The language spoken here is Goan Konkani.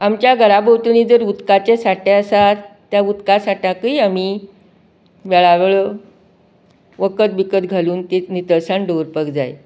आमच्या घरा भोंवतणी जर उदकाचे साठे आसात त्या उदका साठ्यांतूय आमी वेळोवेळ वखद बिकत घालून ती नितळसाण दवरपाक जाय